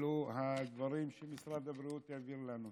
אלו הדברים שמשרד הבריאות העביר לנו.